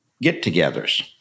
get-togethers